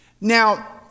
Now